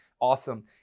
awesome